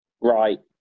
right